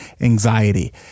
anxiety